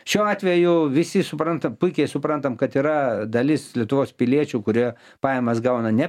šiuo atveju visi suprantam puikiai suprantam kad yra dalis lietuvos piliečių kurie pajamas gauna ne